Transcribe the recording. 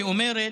שאומרת,